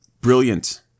brilliant